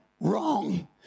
wrong